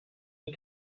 die